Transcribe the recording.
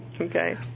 Okay